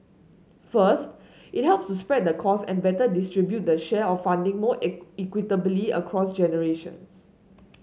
first it helps to spread the cost and better distribute the share of funding more equitably across generations